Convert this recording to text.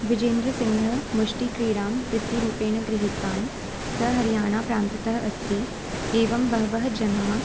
विजेन्द्रसिंहः मुष्टिक्रीडां वृत्तिरूपेण गृहीतवान् सः हरियाणाप्रान्ततः अस्ति एवं बहवः जनाः